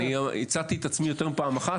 אני הצעתי את עצמי יותר מפעם אחת,